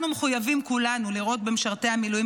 אנחנו מחויבים כולנו לראות במשרתי המילואים